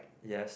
yes